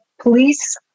police